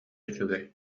үчүгэй